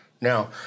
Now